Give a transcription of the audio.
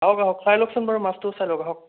আহক আহক চাই লওকচোন বাৰু মাছটো চাই লওক আহক